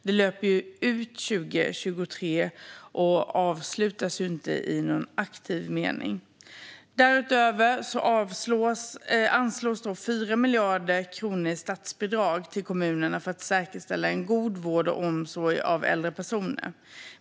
Det löper ju ut 2023 och avslutas inte i aktiv mening. Därutöver anslås 4 miljarder kronor i statsbidrag till kommunerna för att säkerställa en god vård och omsorg för äldre personer.